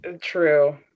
True